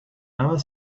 never